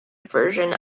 version